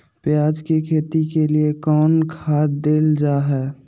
प्याज के खेती के लिए कौन खाद देल जा हाय?